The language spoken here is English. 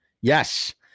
yes